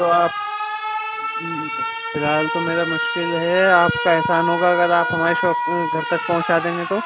تو آپ فی الحال تو میرا مشکل ہے آپ کا احسان ہوگا اگر آپ ہماریے شاپ گھر تک پہنچا دیں گے تو